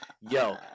Yo